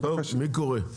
טוב מי קורא?